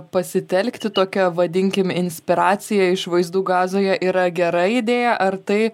pasitelkti tokią vadinkim inspiraciją iš vaizdų gazoje yra gera idėja ar tai